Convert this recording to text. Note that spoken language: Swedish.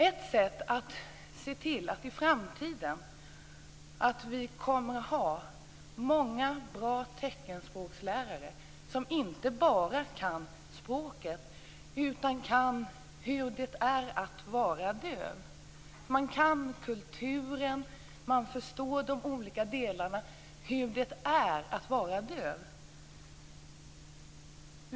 Ett sätt att lösa problemet är att se till att vi i framtiden kommer att ha många bra teckenspråkslärare, som inte bara kan språket utan också känner till kulturen, förstår de olika delarna och vet hur det är att vara döv.